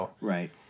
Right